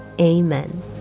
Amen